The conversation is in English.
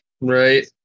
Right